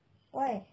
why